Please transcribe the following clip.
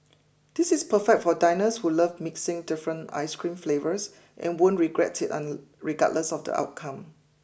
this is perfect for diners who love mixing different ice cream flavours and won't regret it and regardless of the outcome